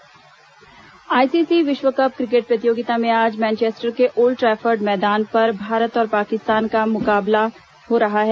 विश्व cup ICC विश्व cup cricket प्रतियोगिता में आज मैनचेस्टर के ओल्ड ट्रैफर्ड मैदान पर भारत और पाकिस्तान का मुकाबला हो रहा है